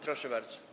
Proszę bardzo.